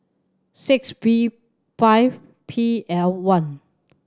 six V five P L one